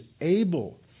able